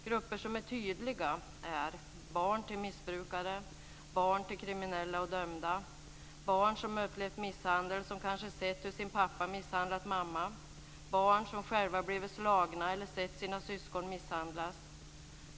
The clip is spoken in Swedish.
Grupper som är tydliga är barn till missbrukare, barn till kriminella och dömda, barn som upplevt misshandel och kanske sett sin pappa misshandla mamma och barn som själva blivit slagna eller sett sina syskon misshandlas.